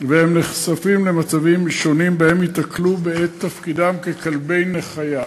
ונחשפים למצבים שונים שבהם ייתקלו בעת תפקידם ככלבי נחייה.